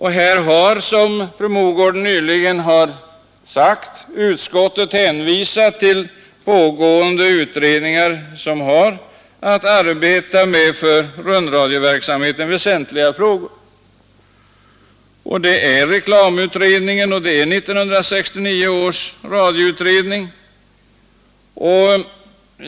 Här har, som fru Mogård nyss sagt, utskottet hänvisat till pågående utredningar, som har att arbeta med för rundradioverksamheten väsentliga frågor. Det är reklamutredningen och 1969 års radioutredning som gör detta.